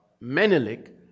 Menelik